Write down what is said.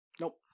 Nope